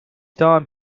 time